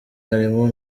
harimo